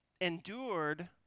endured